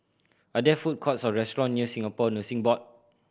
are there food courts or restaurant near Singapore Nursing Board